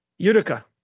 Utica